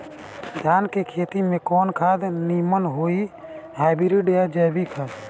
धान के खेती में कवन खाद नीमन होई हाइब्रिड या जैविक खाद?